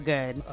Good